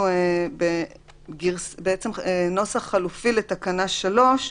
אנחנו בנוסח חלופי לתקנה 3,